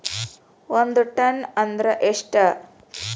ಒಂದ್ ಟನ್ ಅಂದ್ರ ಎಷ್ಟ?